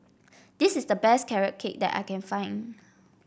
this is the best Carrot Cake that I can find